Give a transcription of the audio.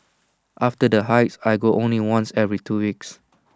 after the hikes I go only once every two weeks